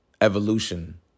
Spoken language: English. evolution